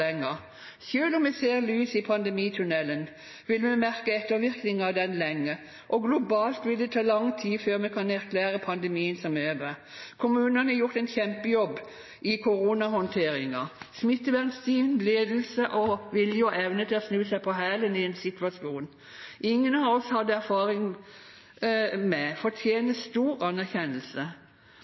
om vi ser lyset i pandemitunnelen, vil vi merke ettervirkninger av den lenge. Globalt vil det ta lang tid før vi kan erklære pandemien for over. Kommunene har gjort en kjempejobb i koronahåndteringen. Smittevernteam, ledelse og vilje og evne til å snu på hælen i en situasjon ingen av oss hadde erfaring med, fortjener stor anerkjennelse.